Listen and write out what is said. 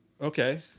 Okay